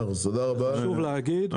חשוב להגיד.